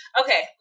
okay